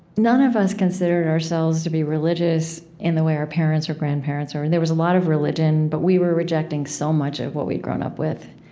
none of us considered ourselves to be religious in the way our parents or grandparents were and there was a lot of religion, but we were rejecting so much of what we'd grown up with.